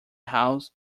house